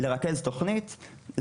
לרכז תוכנית,